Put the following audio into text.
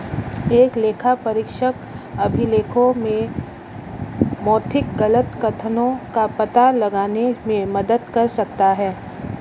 एक लेखापरीक्षक अभिलेखों में भौतिक गलत कथनों का पता लगाने में मदद कर सकता है